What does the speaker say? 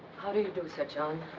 how do you do, sir john?